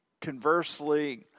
Conversely